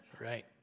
right